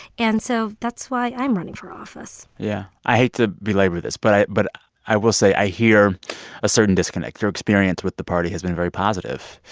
and so that's why i'm running for office yeah. i hate to belabor this, but i but i will say i hear a certain disconnect. your experience with the party has been very positive,